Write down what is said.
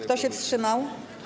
Kto się wstrzymał?